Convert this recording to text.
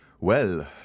Well